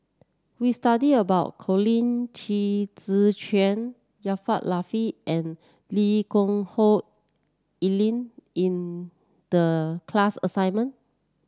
we studied about Colin Qi Zhe Quan Jaafar Latiff and Lee Geck Hoon Ellen in the class assignment